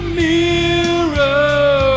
mirror